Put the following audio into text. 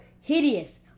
hideous